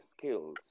skills